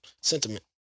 sentiment